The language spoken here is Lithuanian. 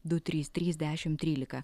du trys trys dešim trylika